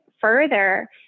further